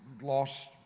lost